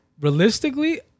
realistically